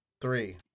Three